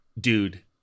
Dude